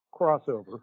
crossover